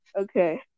Okay